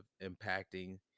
impacting